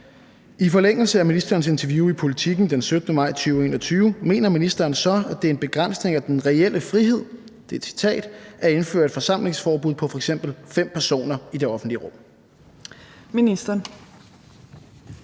I forlængelse af ministerens interview i Politiken den 17. maj 2021 mener ministeren så, at det er en begrænsning af den »reelle frihed« at indføre et forsamlingsforbud på f.eks. fem personer i det offentlige rum?